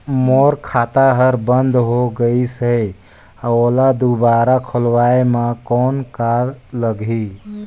मोर खाता हर बंद हो गाईस है ओला दुबारा खोलवाय म कौन का लगही?